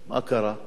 שלום זה שלמות.